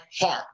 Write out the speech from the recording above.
heart